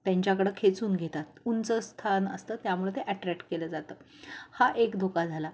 त्यांच्याकडं खेचून घेतात उंच स्थान असतं त्यामुळं ते ॲट्रॅट केलं जातं हा एक धोका झाला